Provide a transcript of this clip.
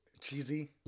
Cheesy